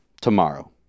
Tomorrow